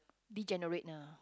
degenerate ah